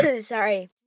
Sorry